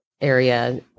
area